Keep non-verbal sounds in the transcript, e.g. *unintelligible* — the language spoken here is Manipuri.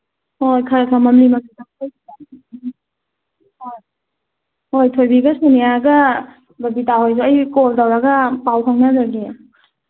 ꯑꯣ ꯈꯔ ꯈꯔ ꯃꯝꯂꯤ *unintelligible* ꯍꯣꯏ ꯊꯣꯏꯕꯤꯒ ꯁꯣꯅꯤꯌꯥꯒ ꯕꯕꯤꯇꯥ ꯍꯣꯏꯒ ꯑꯩ ꯀꯣꯜ ꯇꯧꯔꯒ ꯄꯥꯎ ꯐꯥꯎꯅꯈ꯭ꯔꯒꯦ